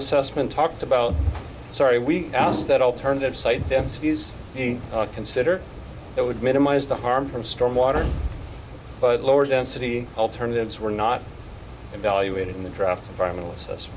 assessment talked about sorry we asked that alternative site densities we consider that would minimize the harm from storm water but lower density alternatives were not evaluated in the draft environmentalist